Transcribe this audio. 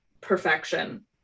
perfection